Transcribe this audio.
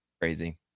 crazy